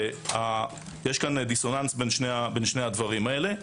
יש כאן דיסוננס בין שני הדברים האלה.